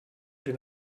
den